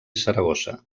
saragossa